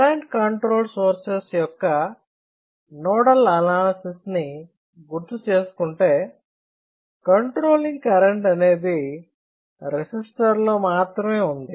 current control sources యొక్క nodal అనాలసిస్ని గుర్తు చేసుకుంటే కంట్రోలింగ్ కరెంట్ అనేది రెసిస్టర్ లో మాత్రమే ఉంది